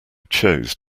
chose